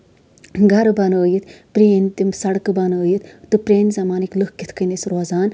گرٕ بَنٲیِتھ پرٲنۍ تِم سڑکہٕ بَنٲیِتھ تہٕ پرانہِ زَمانٕکۍ لُکھ کِتھ کٔنۍ ٲسۍ روزان